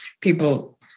people